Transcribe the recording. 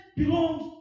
belongs